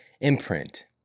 imprint